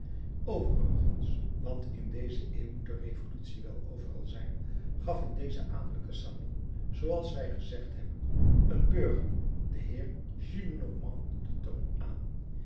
engeland overigens want in deze eeuw moet de revolutie wel overal zijn gaf in dezen adellijken salon zooals wij gezegd hebben een burger de heer de gillenormand den toon aan